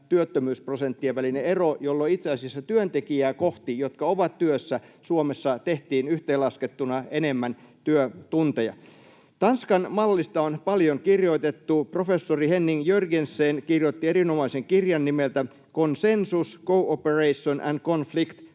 työttömyysprosenttien välinen ero, jolloin itse asiassa niitä työntekijöitä kohti, jotka ovat työssä, Suomessa tehtiin yhteenlaskettuna enemmän työtunteja. Tanskan-mallista on paljon kirjoitettu. Professori Henning Jørgensen kirjoitti erinomaisen kirjan nimeltä ”Consensus, Cooperation and Conflict: